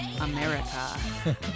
america